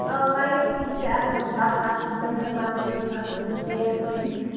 آ وایِٹ تہِ چھِ اَصٕل پَتہٕ تَتھ چھِ دٔنٛدٕر بَنٲوِتھ تَتھ چھِ لیس لٲگِتھ